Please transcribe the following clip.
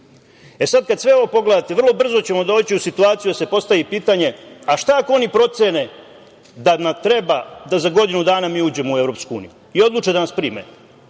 misli. Sad kad sve ovo pogledate, vrlo brzo ćemo doći u situaciju da se postavi pitanje – šta ako oni procene da nam treba da za godinu dana mi uđemo u EU i odluče da nas prime?